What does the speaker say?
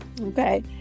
Okay